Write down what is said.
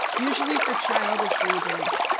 usually for childish reasons,